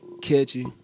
catchy